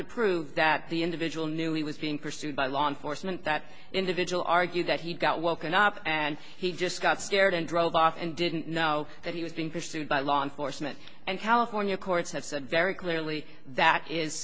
to prove that the individual knew he was being pursued by law enforcement that individual argued that he got woken up and he just got scared and drove off and didn't know that he was being pursued by law enforcement and california courts have said very clearly that is